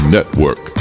Network